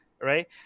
right